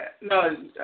no